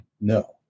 no